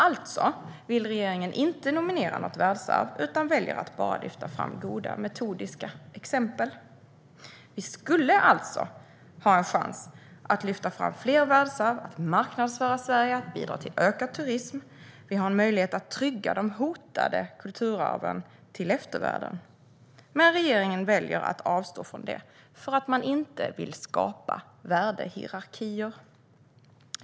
Alltså vill regeringen inte nominera något världsarv utan väljer att bara lyfta fram goda metodiska exempel. Vi skulle alltså ha en chans att lyfta fram fler världsarv, att marknadsföra Sverige och att bidra till ökad turism. Vi har en möjlighet att trygga de hotade kulturarven för eftervärlden, men regeringen väljer att avstå från det därför att man inte vill skapa värdehierarkier.